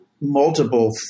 multiple